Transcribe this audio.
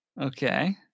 Okay